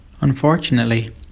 Unfortunately